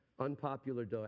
unpopular